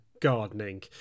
gardening